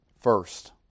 first